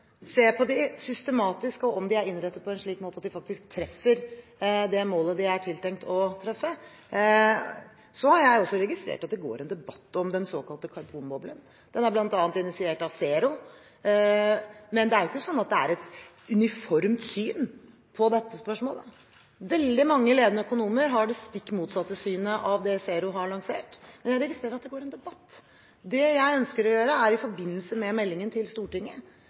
se systematisk på dem og se om de er innrettet på en slik måte at de faktisk treffer det målet de er tiltenkt å treffe. Så har jeg også registrert at det går en debatt om den såkalte «karbonboblen». Den er bl.a. initiert av Zero, men det er jo ikke sånn at det er et uniformt syn på dette spørsmålet. Veldig mange ledende økonomer har det stikk motsatte synet av det Zero har lansert, men jeg registrerer at det går en debatt. Det jeg ønsker å gjøre i forbindelse med meldingen til Stortinget,